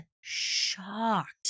shocked